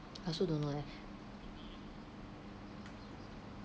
I also don't know leh